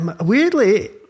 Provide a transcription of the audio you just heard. Weirdly